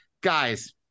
Guys